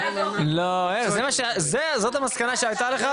לא, זאת המסקנה שהייתה לך?